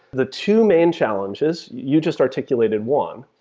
the two main challenges, you just articulated one,